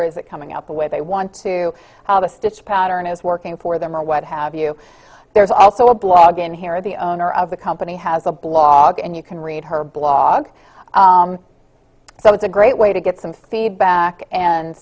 is it coming out the way they want to just this pattern is working for them or what have you there's also a blog in here the owner of the company has a blog and you can read her blog so it's a great way to get some feedback and